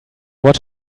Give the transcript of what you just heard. watch